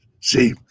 See